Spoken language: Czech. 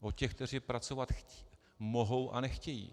O těch, kteří pracovat mohou a nechtějí.